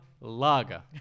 Lager